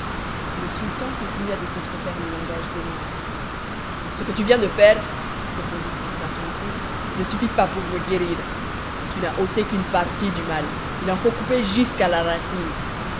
le sultan continua de contrefaire le langage des noirs ce que tu viens de faire répondit-il d'un ton brusque ne suffit pas pour me guérir tu n'as ôté qu'une partie du mal il en faut couper jusqu'à la racine